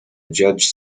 judge